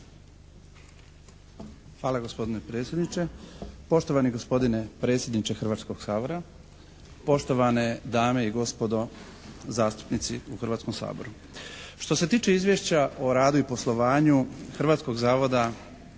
Hvala gospodine predsjedniče! Poštovani gospodine predsjedniče Hrvatskog sabora! Poštovane dame i gospodo zastupnici u Hrvatskom saboru! Što se tiče Izvješća o radu i poslovanju Hrvatskog zavoda